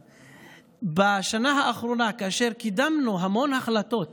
בשנה האחרונה, כאשר קידמנו המון החלטות